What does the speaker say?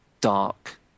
dark